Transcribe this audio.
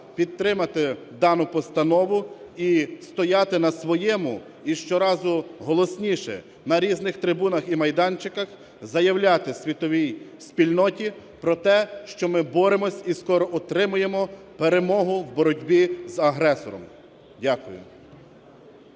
підтримати дану постанову і стояти на своєму і щоразу голосніше на різних трибунах і майданчиках заявляти світовій спільноті про те, що ми боремося і скоро отримаємо перемогу в боротьбі з агресором. Дякую.